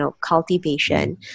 cultivation